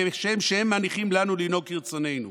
כשם שהם מניחים לנו לנהוג כרצוננו.